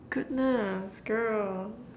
goodness girl